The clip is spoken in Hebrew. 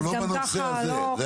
אז גם ככה לא --- אנחנו לא בנושא הזה,